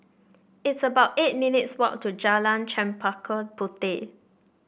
it's about eight minutes' walk to Jalan Chempaka Puteh